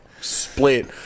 split